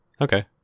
Okay